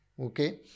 Okay